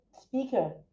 speaker